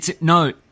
No